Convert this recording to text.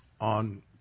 on